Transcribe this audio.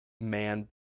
man